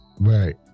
Right